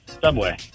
Subway